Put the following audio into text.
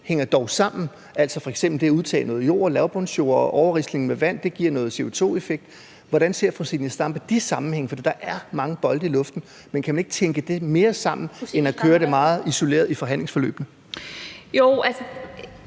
hænger dog sammen, f.eks. det at udtage noget jord, lavbundsjord, og overrisling med vand. Det giver noget CO2-effekt. Hvordan ser fru Zenia Stampe de sammenhænge? For der er mange bolde i luften. Kan man ikke tænke det mere sammen end at køre det meget isoleret i forhandlingsforløbene? Kl.